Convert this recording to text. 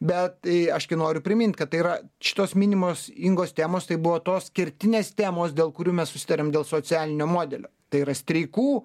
bet ei aš kai noriu primint kad tai yra šitos minimos ingos temos tai buvo tos kertinės temos dėl kurių mes susitarėm dėl socialinio modelio tai yra streikų